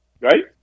Right